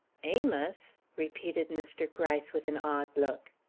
amos! repeated mr. gryce, with an odd look.